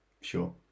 Sure